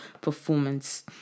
performance